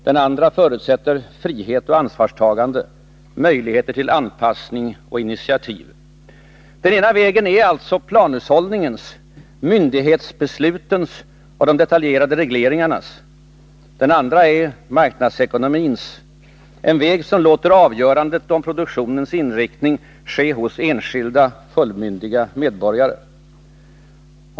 Den andra förutsätter frihet och ansvarstagande, möjligheter till anpassning och initiativ. Den ena vägen är alltså planhushållningens, myndighetsbeslutens och de detaljerade regleringarnas. Den andra är marknadsekonomins, en väg som låter avgörandet om produktionens inriktning ske hos enskilda, fullmyndiga medborgare.